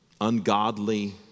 ungodly